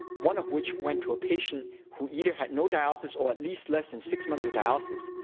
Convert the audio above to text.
one of which went to a patient who either had no dialysis, or at least less than six months of dialysis,